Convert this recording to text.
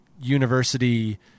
university